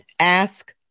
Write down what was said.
ask